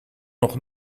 nog